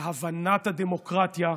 להבנת הדמוקרטיה,